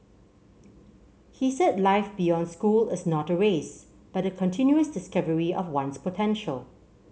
he said life beyond school is not a race but a continuous discovery of one's potential